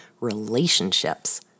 relationships